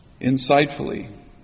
Insightfully